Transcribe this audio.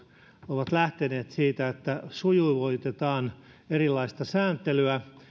ovat lähteneet siitä että sujuvoitetaan erilaista sääntelyä